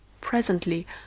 Presently